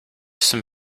some